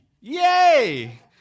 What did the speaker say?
Yay